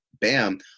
bam